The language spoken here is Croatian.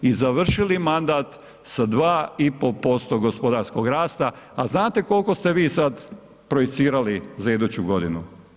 I završili mandat sa 2,5% gospodarskog rasta a znate koliko ste vi sad projicirali za iduću godinu?